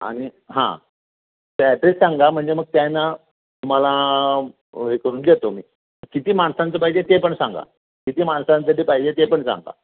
आणि हां ते ॲड्रेस सांगा म्हणजे मग काय आहे ना तुम्हाला हे करून देतो मी किती माणसांचं पाहिजे ते पण सांगा किती माणसांसाठी पाहिजे ते पण सांगा